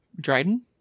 Dryden